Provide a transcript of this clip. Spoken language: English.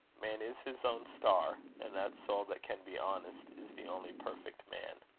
man is his own star and that soul that can be honest, is the only perfect man.